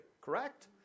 Correct